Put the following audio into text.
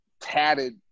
tatted